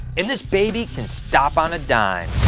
and this baby can stop on a dime.